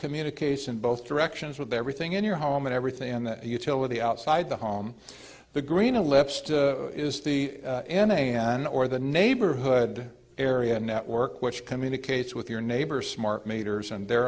communication both directions with everything in your home and everything in the utility outside the home the green a lipstick is the n a an or the neighborhood area network which communicates with your neighbors smart meters and their